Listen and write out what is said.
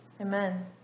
Amen